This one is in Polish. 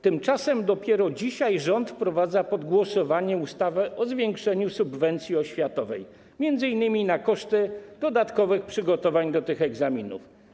Tymczasem dopiero dzisiaj rząd wprowadza pod głosowanie ustawę o zwiększeniu subwencji oświatowej, m.in. na koszty dodatkowych przygotowań do tych egzaminów.